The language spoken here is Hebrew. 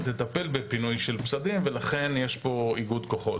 לטפל בפינוי של פסדים ולכן יש פה איגוד כוחות,